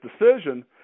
decision